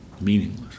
Meaningless